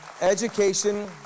Education